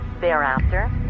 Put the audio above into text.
Thereafter